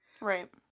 Right